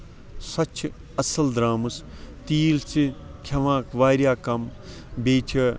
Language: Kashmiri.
سۄ تہِ چھِ اَصٕل درامٕژ تیٖل چھِ کھیٚوان واریاہ کَم بیٚیہِ چھِ